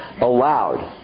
allowed